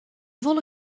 wolle